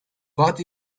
but